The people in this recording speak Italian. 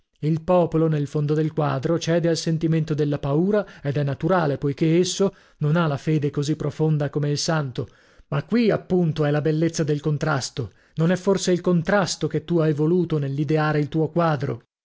il popolo nel fondo del quadro cede al sentimento della paura ed è naturale poichè esso non ha la fede così profonda come il santo ma qui appunto è la bellezza del contrasto non è forse il contrasto che tu hai voluto nell'ideare il tuo quadro